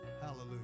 Hallelujah